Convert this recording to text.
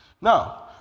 Now